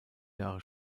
jahre